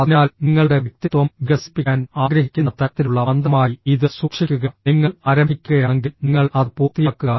അതിനാൽ നിങ്ങളുടെ വ്യക്തിത്വം വികസിപ്പിക്കാൻ ആഗ്രഹിക്കുന്ന തരത്തിലുള്ള മന്ത്രമായി ഇത് സൂക്ഷിക്കുക നിങ്ങൾ ആരംഭിക്കുകയാണെങ്കിൽ നിങ്ങൾ അത് പൂർത്തിയാക്കുക